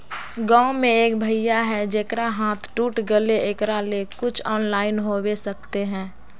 गाँव में एक भैया है जेकरा हाथ टूट गले एकरा ले कुछ ऑनलाइन होबे सकते है?